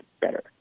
better